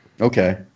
Okay